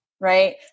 Right